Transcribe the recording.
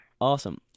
Awesome